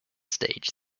stage